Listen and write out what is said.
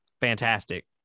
Fantastic